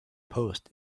post